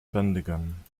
bändigen